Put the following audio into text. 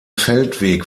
feldweg